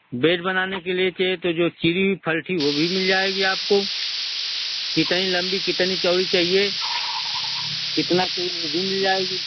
beige बनाने के लिये जो किरीम फरटी वो भी मिल जाएगी आपको कितनी लम्बी कितनी चौड़ी चहिये कितना चेन वो भी मिल जायेगी